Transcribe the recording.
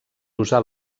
usar